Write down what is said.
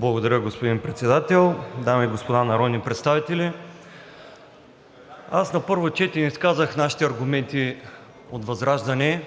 Благодаря, господин Председател. Дами и господа народни представители! Аз на първо четене изказах нашите аргументи от ВЪЗРАЖДАНЕ